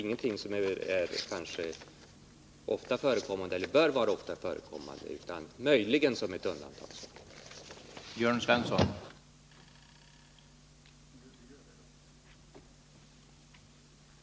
Detta är inte någonting som bör förekomma ofta, möjligen i undantagsfall.